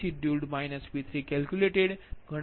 503 તેથી ગણતરી કરતા 1